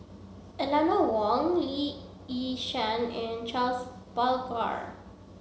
Eeleanor Wong Lee Yi Shyan and Charles Paglar